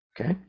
okay